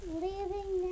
leaving